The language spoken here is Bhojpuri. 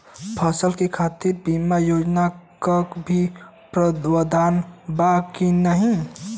फसल के खातीर बिमा योजना क भी प्रवाधान बा की नाही?